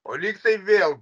o lygtai vėl